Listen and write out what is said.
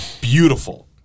beautiful